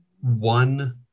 one